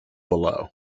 below